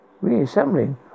Reassembling